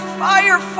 fire